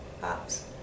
Pops